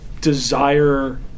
desire